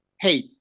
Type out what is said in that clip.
hey